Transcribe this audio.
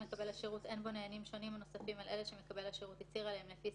ההקלות הן לעניין גם זיהוי פנים מול פנים,